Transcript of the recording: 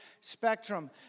spectrum